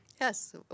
Yes